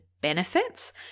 benefits